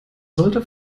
sollte